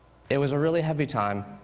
it was a really heavy time.